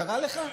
קרה לך?